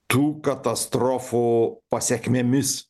tų katastrofų pasekmėmis